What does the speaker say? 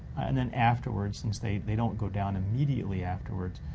and then afterwards, since they they don't go down immediately afterwards,